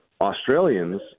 Australians